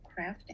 crafting